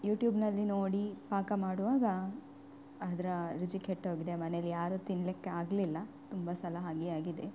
ಯೂಟ್ಯೂಬ್ನಲ್ಲಿ ನೋಡಿ ಪಾಕ ಮಾಡುವಾಗ ಅದರ ರುಚಿ ಕೆಟ್ಟೋಗಿದೆ ಮನೇಲಿ ಯಾರು ತಿನ್ನಲಿಕ್ಕೆ ಆಗಲಿಲ್ಲ ತುಂಬ ಸಲ ಹಾಗೇ ಆಗಿದೆ